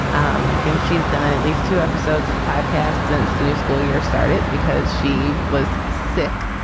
um i think she has done at least two episodes of the podcasts since the new school year started because she was sick.